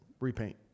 repaint